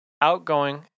outgoing